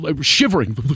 shivering